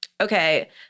Okay